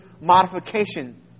modification